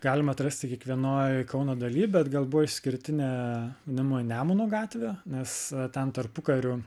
galima atrasti kiekvienoj kauno daly bet gal buvo išskirtinė namoj nemuno gatvė nes ten tarpukariu